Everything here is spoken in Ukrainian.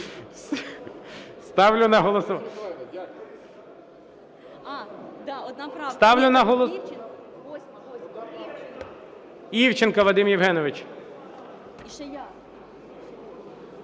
Ставлю на голосування... Ставлю на голосування... Івченко Вадим Євгенович.